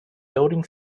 building